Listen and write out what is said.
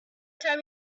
time